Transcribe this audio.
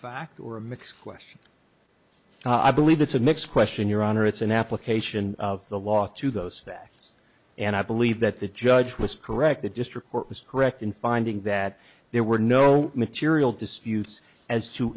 fact or a mix question i believe that's a mix question your honor it's an application of the law to those facts and i believe that the judge was correct the district court was correct in finding that there were no material disputes as to